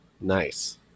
Nice